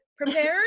prepared